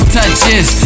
touches